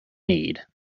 need